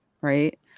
right